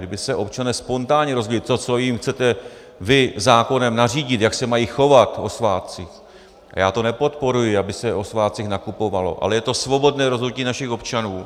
Kdyby se občané spontánně rozhodli, to, co jim chcete vy zákonem nařídit, jak se mají chovat o svátcích já to nepodporuji, aby se o svátcích nakupovalo, ale je to svobodné rozhodnutí našich občanů.